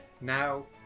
Now